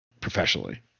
professionally